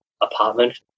apartment